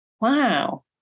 Wow